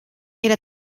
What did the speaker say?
era